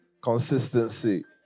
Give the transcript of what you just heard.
Consistency